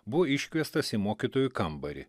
buvo iškviestas į mokytojų kambarį